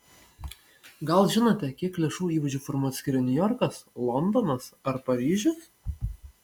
gal žinote kiek lėšų įvaizdžiui formuoti skiria niujorkas londonas ar paryžius